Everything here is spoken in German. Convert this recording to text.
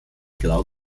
grau